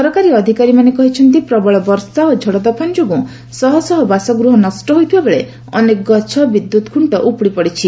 ସରକାରୀ ଅଧିକାରୀମାନେ କହିଛନ୍ତି ପ୍ରବଳ ବର୍ଷା ଓ ଝଡ଼ତୋଫାନ ଯୋଗୁଁ ଶହଶହ ବାସଗୃହ ନଷ୍ଟ ହୋଇଥିବା ବେଳେ ଅନେକ ଗଛ ବିଦ୍ୟୁତ ଖୁଣ୍ଟ ଉପୁଡ଼ିପଡ଼ିଛି